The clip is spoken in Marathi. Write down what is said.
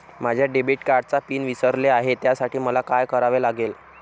माझ्या डेबिट कार्डचा पिन विसरले आहे त्यासाठी मला काय करावे लागेल?